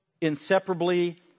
inseparably